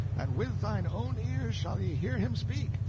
and with thine own ears shall ye hear him speak!